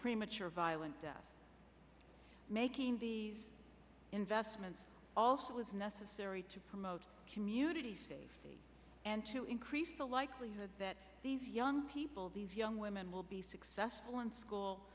premature violence making the investment also as necessary to promote community safety and to increase the likelihood that these young people these young women will be successful in school